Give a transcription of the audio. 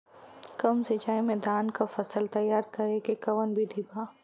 कम सिचाई में धान के फसल तैयार करे क कवन बिधि बा?